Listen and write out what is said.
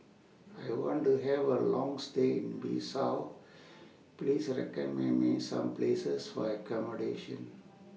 I want to Have A Long stay in Bissau Please recommend Me Some Places For accommodation